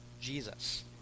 Jesus